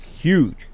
huge